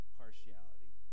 partiality